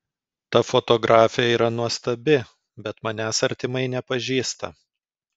ta fotografė yra nuostabi bet manęs artimai nepažįsta